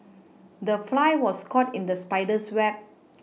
the fly was caught in the spider's web